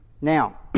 Now